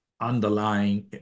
underlying